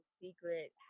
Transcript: Secret